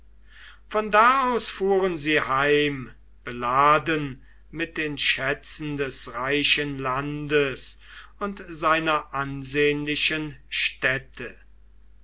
von da aus fuhren sie heim beladen mit den schätzen des reichen landes und seiner ansehnlichen städte